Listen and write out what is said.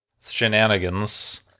shenanigans